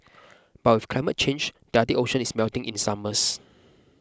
but with climate change the Arctic Ocean is melting in summers